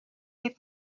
heeft